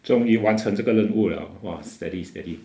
终于完成这个任务 liao !wah! steady steady